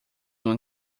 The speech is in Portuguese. uma